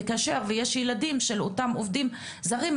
כאשר ויש ילדים של אותם עובדים זרים,